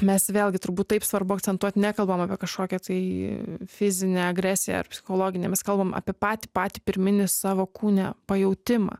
mes vėlgi turbūt taip svarbu akcentuot nekalbam apie kažkokią tai fizinę agresiją ar psichologinę mes kalbam apie patį patį pirminį savo kūne pajautimą